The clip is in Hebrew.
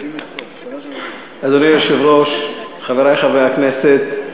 אדוני היושב-ראש, חברי חברי הכנסת,